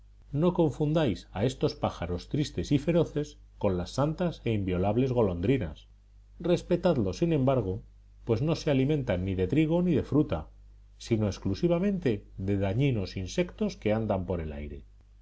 no confundáis a estos pájaros tristes y feroces con las santas e inviolables golondrinas respetadlos sin embargo pues no se alimentan ni de trigo ni de fruta sino exclusivamente de dañinos insectos que andan por el aire